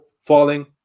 falling